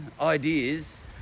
ideas